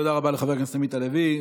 תודה רבה לחבר הכנסת עמית הלוי.